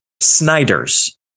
Snyders